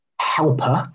helper